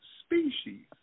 species